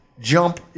jump